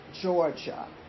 Georgia